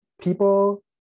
people